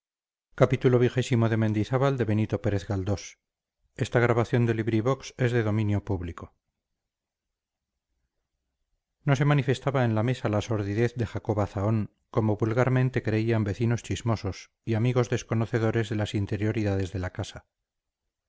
no se manifestaba en la mesa la sordidez de jacoba zahón como vulgarmente creían vecinos chismosos y amigos desconocedores de las interioridades de la casa